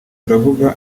ndavuga